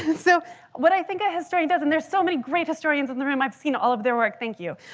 and so what i think a historian does, and there's so many great historians in the room, i've seen all of their work, thank you.